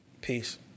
Peace